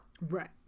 right